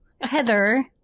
Heather